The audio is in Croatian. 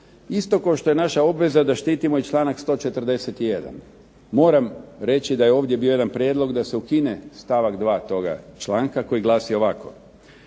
isto kao što je naša obveza da štitimo i članak 141. Moram reći da je ovdje bio jedan prijedlog da se ukine stavak 2. toga članka koji glasi ovako: